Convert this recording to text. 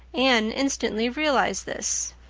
anne instantly realized this.